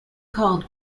called